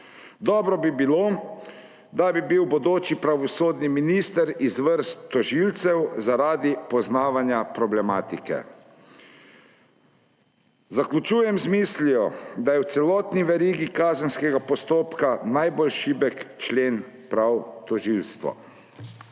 Dobro bi bilo, da bi bil bodoči pravosodni minister iz vrst tožilcev zaradi poznavanja problematike. Zaključujem z mislijo, da je v celotni verigi kazenskega postopka najbolj šibek člen prav tožilstvo.